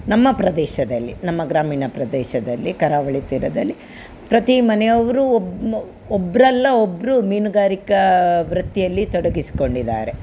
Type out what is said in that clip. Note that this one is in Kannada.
ನಮ್ಮ ಪ್ರದೇಶದಲ್ಲಿ ನಮ್ಮ ಗ್ರಾಮೀಣ ಪ್ರದೇಶದಲ್ಲಿ ಕರಾವಳಿ ತೀರದಲ್ಲಿ ಪ್ರತಿ ಮನೆಯವರು ಒಬ್ ಒಬ್ಬರಲ್ಲಾ ಒಬ್ಬರು ಮೀನುಗಾರಿಕಾ ವೃತ್ತಿಯಲ್ಲಿ ತೊಡಗಿಸ್ಕೊಂಡಿದ್ದಾರೆ